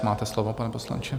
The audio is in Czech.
Máte slovo, pane poslanče.